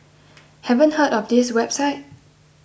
haven't heard of this website